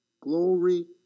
Glory